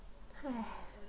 !hais!